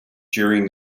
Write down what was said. during